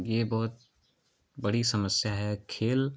ये बहुत बड़ी समस्या है खेल